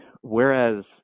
whereas